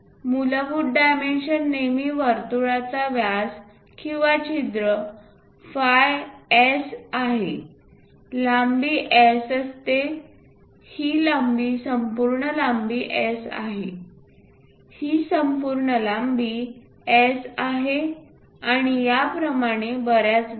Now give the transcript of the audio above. मूलभूत डायमेन्शन नेहमी वर्तुळाचा व्यास किंवा छिद्र फाय S आहे लांबी S असते ही लांबी संपूर्ण लांबी S आहे ही संपूर्ण लांबी S आहे आणि याप्रमाणे बऱ्याच गोष्टी